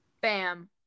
Bam